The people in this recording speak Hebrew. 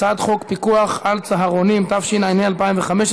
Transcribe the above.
הצעת חוק פיקוח על צהרונים, התשע"ה 2015,